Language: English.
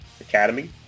academy